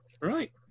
Right